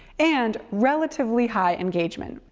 and relatively high engagement.